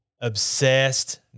obsessed